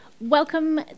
Welcome